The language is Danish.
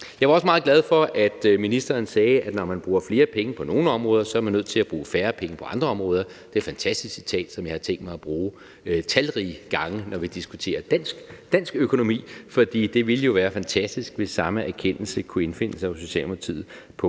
Jeg var også meget glad for, at ministeren sagde, at når man bruger flere penge på nogle områder, er man nødt til at bruge færre penge på andre områder. Det er et fantastisk citat, som jeg har tænkt mig at bruge talrige gange, når vi diskuterer dansk økonomi, for det ville jo være fantastisk, hvis samme erkendelse kunne indfinde sig i Socialdemokratiet på